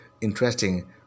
interesting